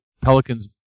Pelicans